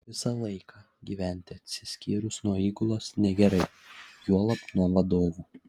visą laiką gyventi atsiskyrus nuo įgulos negerai juolab nuo vadovų